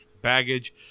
baggage